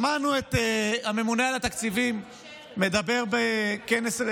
שמענו את הממונה על התקציבים מדבר בכנס,